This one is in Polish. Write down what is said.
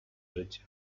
życia